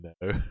no